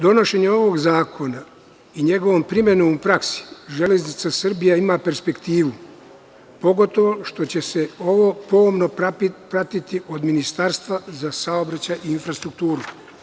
Donošenjem ovog zakona i njegovom primenom u praksi, „Železnica Srbije“ ima perspektivu, pogotovo što će se ovo pomno pratiti od Ministarstva za saobraćaj i infrastrukturu.